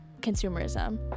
consumerism